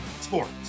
Sports